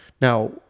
Now